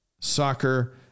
soccer